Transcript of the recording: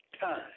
time